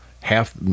half